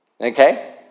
okay